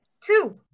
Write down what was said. Two